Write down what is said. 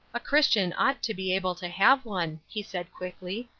a christian ought to be able to have one, he said, quickly.